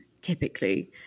typically